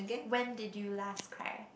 when did you last cry